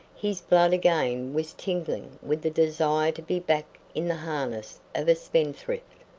his blood again was tingling with the desire to be back in the harness of a spendthrift.